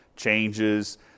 changes